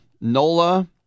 Nola